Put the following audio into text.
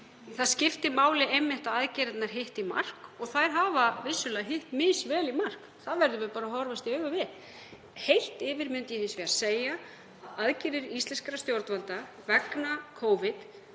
Það skiptir einmitt máli að aðgerðirnar hitti í mark og þær hafa vissulega hitt misvel í mark. Það verðum við bara að horfast í augu við. Heilt yfir myndi ég hins vegar segja að aðgerðir íslenskra stjórnvalda vegna Covid,